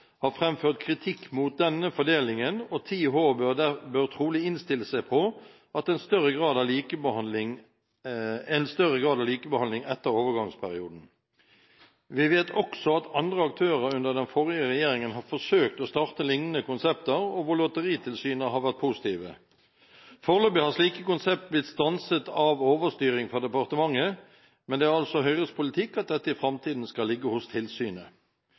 har framført kritikk mot denne fordelingen, og 10H bør trolig innstille seg på en større grad av likebehandling etter overgangsperioden. Vi vet også at andre aktører under den forrige regjeringen har forsøkt å starte lignende konsepter, og hvor Lotteritilsynet har vært positiv. Foreløpig har slike konsepter blitt stanset av overstyring fra departementet, men det er altså Høyres politikk at dette skal ligge hos tilsynet